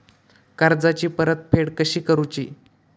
कर्जाची परतफेड कशी करुची?